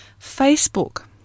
facebook